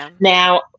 now